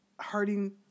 hurting